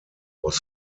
was